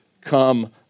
come